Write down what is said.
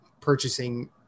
purchasing